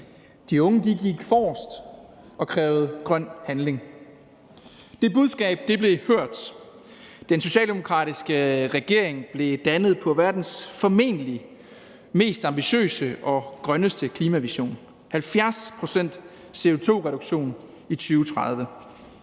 De unge gik forrest og krævede grøn handling. Det budskab blev hørt. Den socialdemokratiske regering blev dannet på verdens formentlig mest ambitiøse og grønne klimavision: 70 pct. CO2-reduktion i 2030.